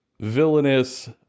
villainous